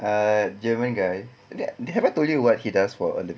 ah german guy did I did I told you what he does for a living